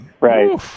right